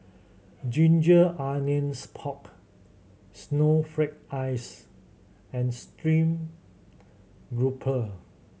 ginger onions pork snowflake ice and stream grouper